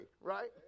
right